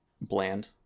bland